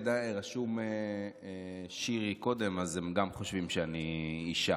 רשום שירי קודם, אז גם הם חושבים שאני אישה.